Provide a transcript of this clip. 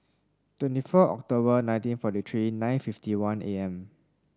twenty four October nineteen forty three nine fifty one A M